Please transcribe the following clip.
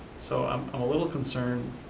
so i'm a little concerned.